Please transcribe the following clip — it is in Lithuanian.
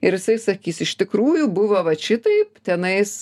ir jisai sakys iš tikrųjų buvo vat šitaip tenais